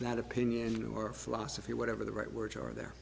that opinion or philosophy or whatever the right words are there